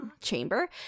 chamber